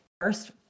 First